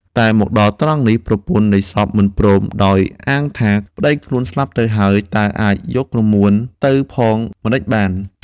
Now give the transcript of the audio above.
តែមកដល់ត្រង់នេះ ប្រពន្ធនៃសពមិនព្រម ដោយអាងថា "ប្តីខ្លួនស្លាប់ទៅហើយ តើអាចយកក្រមួនទៅផងម្តេចបាន?"។